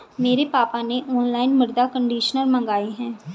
मेरे पापा ने ऑनलाइन मृदा कंडीशनर मंगाए हैं